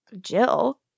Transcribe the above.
Jill